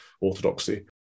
orthodoxy